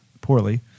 poorly